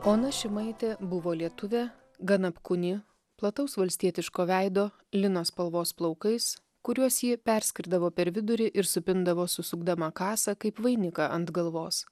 ona šimaitė buvo lietuvė gana apkūni plataus valstietiško veido lino spalvos plaukais kuriuos ji perskirdavo per vidurį ir supindavo susukdama kasą kaip vainiką ant galvos